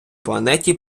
планеті